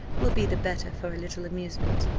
will be the better for a little amusement.